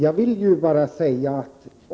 Fru talman!